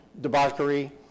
debauchery